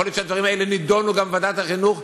יכול להיות שהדברים האלה נדונו גם בוועדת החינוך,